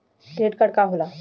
Credit card का होला?